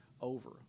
over